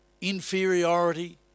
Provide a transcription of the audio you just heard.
inferiority